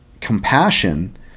compassion